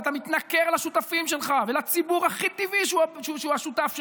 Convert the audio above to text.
ואתה מתנכר לשותפים שלך ולציבור הכי טבעי שהוא השותף שלך,